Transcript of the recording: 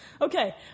Okay